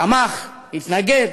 תמך, התנגד,